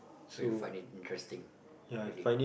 so you find it interesting reading